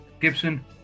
Gibson